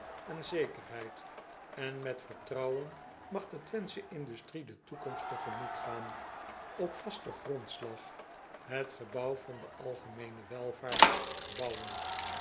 en zekerheid en met vertrouwen mag de wenthsche industrie de toekomst te gemoet gaan op vasten grondslag het gebouw van de algemeene welvaart bouwend